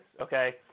okay